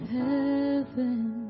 heaven